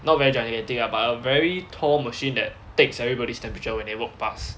not very gigantic lah but a very tall machine that takes everybody's temperature when they walk pass